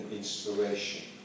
Inspiration